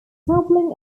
doubling